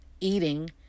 eating